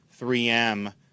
3M